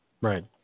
Right